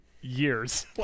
years